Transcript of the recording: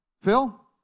Phil